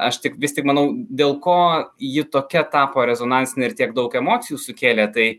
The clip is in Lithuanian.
aš tik vis tik manau dėl ko ji tokia tapo rezonansinė ir tiek daug emocijų sukėlė tai